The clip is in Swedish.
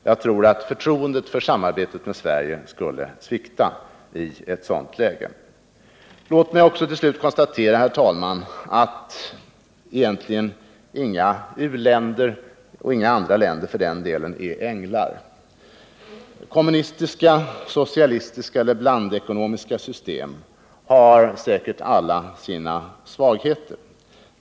Jag tror att förtroendet för samarbetet med Sverige skulle svikta i ett sådant läge. Låt mig till slut också konstatera, herr talman, att egentligen inga u-länder och inga andra länder heller för den delen är änglar. Kommunistiska, socialistiska eller blandekonomiska system har säkert alla sina svagheter.